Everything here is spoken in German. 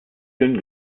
dünn